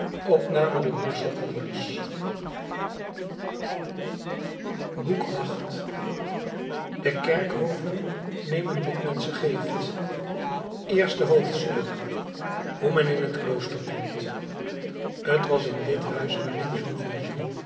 boek viii de kerkhoven nemen wat men ze geeft eerste hoofdstuk hoe men in het klooster komt t was in dit huis waarin jean